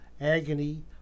agony